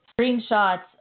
screenshots